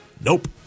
Nope